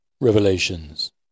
Revelations